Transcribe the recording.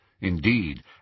Indeed